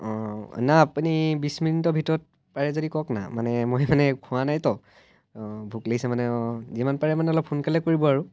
অঁ নাই আপুনি বিছ মিনিটৰ ভিতৰত পাৰে যদি কওক না মানে মই মানে খোৱা নাইতো ভোক লাগিছে মানে যিমান পাৰে মানে অলপ সোনকালে কৰিব আৰু